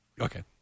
Okay